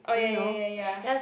oh ya ya ya ya